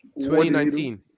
2019